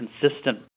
consistent